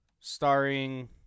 starring